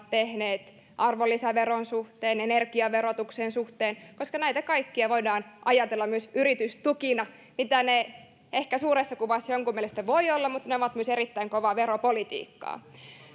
tehneet arvonlisäveron suhteen energiaverotuksen suhteen koska näitä kaikkia voidaan ajatella myös yritystukina mitä ne ehkä suuressa kuvassa jonkun mielestä voivat olla mutta ne ovat myös erittäin kovaa veropolitiikkaa